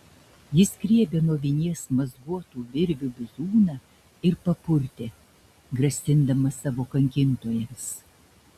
jis griebė nuo vinies mazguotų virvių bizūną ir papurtė grasindamas savo kankintojams